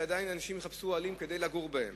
שאנשים יחפשו אוהלים כדי לגור בהם.